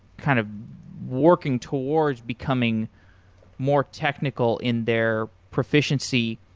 kind of working towards becoming more technical in their proficiency.